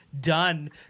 done